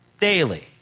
daily